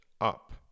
up